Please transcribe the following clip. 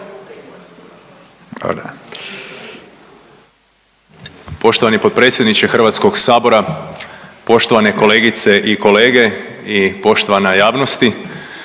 gospodine potpredsjedniče Hrvatskog sabora, poštovane kolegice i kolege. Toliko vas